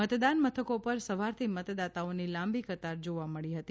મતદાન મથકો પર સવારથી મતદાતાઓની લાંબી કતાર જોવા મળી હતી